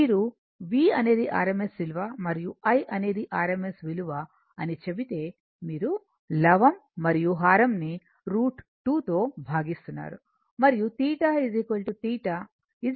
మీరు V అనేది rms విలువ మరియు I అనేది rms విలువ అని చెబితే మీరు లవం మరియు హారం ని √ 2 తో భాగిస్తున్నారు మరియు θ θ tan 1 ω L R